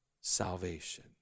salvation